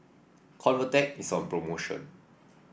Convatec is on promotion